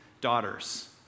daughters